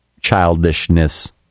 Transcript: childishness